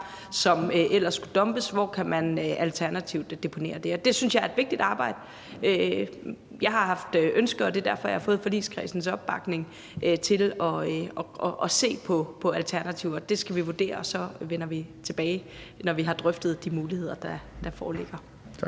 som ellers skulle dumpes, og hvor kan man alternativt deponere det? Og det synes jeg er et vigtigt arbejde. Jeg har haft ønsker, og det er derfor, jeg har fået forligskredsens opbakning til at se på alternativer. Det skal vi vurdere, og så vender vi tilbage, når vi har drøftet de muligheder, der foreligger.